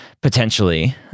potentially